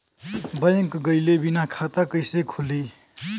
Bank गइले बिना खाता कईसे खुली?